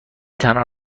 تنها